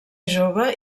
jove